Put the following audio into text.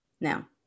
Now